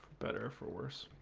better for worse